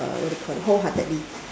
uh what do you call it wholeheartedly